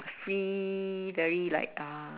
free very like uh